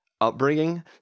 upbringing